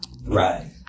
Right